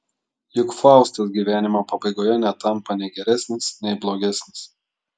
juk faustas gyvenimo pabaigoje netampa nei geresnis nei blogesnis